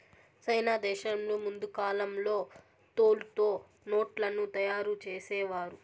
సైనా దేశంలో ముందు కాలంలో తోలుతో నోట్లను తయారు చేసేవారు